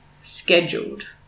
scheduled